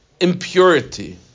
impurity